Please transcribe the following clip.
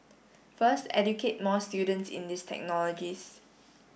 first educate more students in these technologies